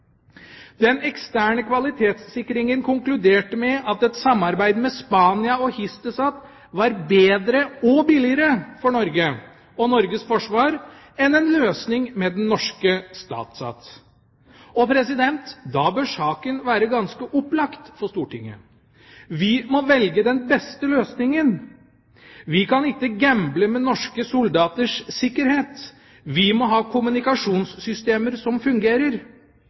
og Hisdesat var bedre og billigere for Norge og Norges forsvar enn en løsning med den norske StatSat. Og da bør saken være ganske opplagt for Stortinget. Vi må velge den beste løsningen. Vi kan ikke «gamble» med norske soldaters sikkerhet. Vi må ha kommunikasjonssystemer som fungerer.